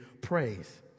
praise